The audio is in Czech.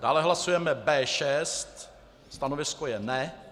Dále hlasujeme B6 stanovisko je ne.